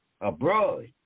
abroad